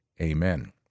amen